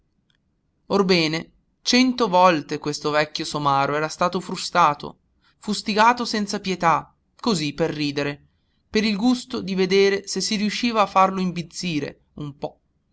orbene cento volte questo vecchio somaro era stato frustato fustigato senza pietà così per ridere per il gusto di vedere se si riusciva a farlo imbizzire un po